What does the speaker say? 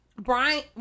Brian